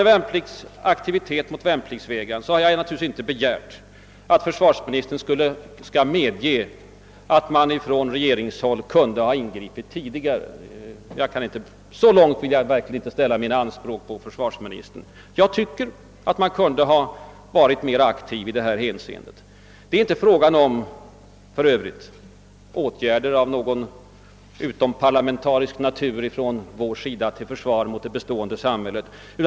Vad beträffar aktiviteten mot värnpliktsvägrare har jag naturligtvis inte begärt att försvarsministern skall medge att regeringen borde ha ingripit tidigare. Så långt vill jag verkligen inte sträcka mina anspråk på försvarsministern. Men jag tycker att man kunde ha varit mera aktiv tidigare. För övrigt är det inte fråga om åtgärder av utomparlamentarisk natur till försvar av det bestående samhället.